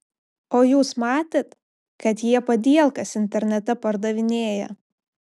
o jūs matėt kad jie padielkas internete pardavinėja